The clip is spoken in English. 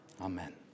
amen